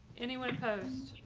anyone opposed?